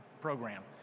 program